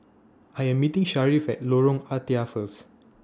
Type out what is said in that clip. I Am meeting Sharif At Lorong Ah Thia First